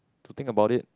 to think about it